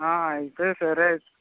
అయితే సరే